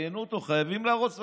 ראיינו אותו: חייבים להרוס,